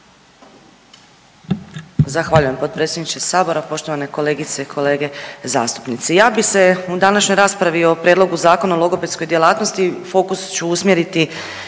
Zahvaljujem potpredsjedniče Sabora. Poštovane kolegice i kolege zastupnici. Ja bi se u današnjoj raspravi o Prijedlogu zakona o logopedskoj djelatnosti fokus ću usmjeriti